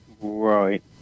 Right